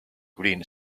green